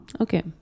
okay